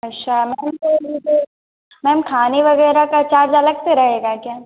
अच्छा मैम तो मुझे मैम खाने वग़ैरह का चार्ज अलग से रहेगा क्या